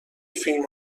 فیلم